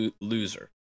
loser